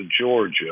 Georgia